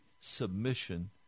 submission